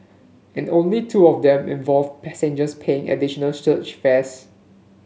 and only two of them involved passengers paying additional surge fares